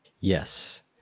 Yes